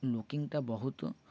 ଲୁକିଙ୍ଗଟା ବହୁତ